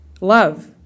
love